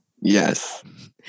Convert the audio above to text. Yes